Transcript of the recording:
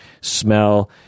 smell